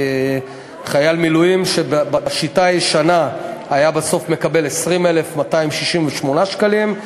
חייל מילואים שבשיטה הישנה היה מקבל 20,268 שקלים,